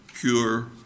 cure